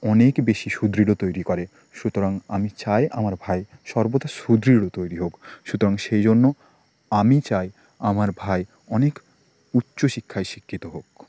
অনেক বেশি সুদৃঢ় তৈরি করে সুতরাং আমি চাই আমার ভাই সর্বদা সুদৃঢ় তৈরি হোক সুতরাং সেই জন্য আমি চাই আমার ভাই অনেক উচ্চ শিক্ষায় শিক্ষিত হোক